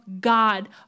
God